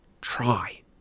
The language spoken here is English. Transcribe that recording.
Try